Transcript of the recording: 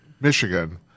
Michigan